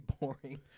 boring